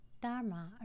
Dharma